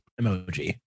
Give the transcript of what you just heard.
emoji